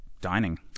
dining